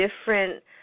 different